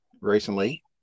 recently